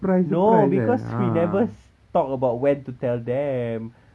no because we never talk about when to tell them